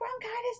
bronchitis